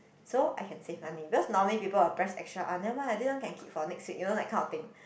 so I can save money because normally people will press extra ah nevermind ah this one can keep for next week you know that kind of thing